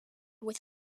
with